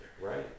right